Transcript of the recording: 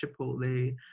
Chipotle